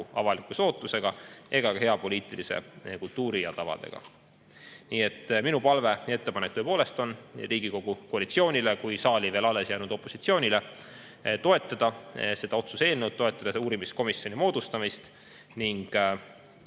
avalikkuse ootuse ega hea poliitilise kultuuri ja tavadega. Nii et minu palve ja ettepanek tõepoolest on nii Riigikogu koalitsioonile kui ka saali veel alles jäänud opositsioonile toetada seda otsuse eelnõu, toetada uurimiskomisjoni moodustamist. Ning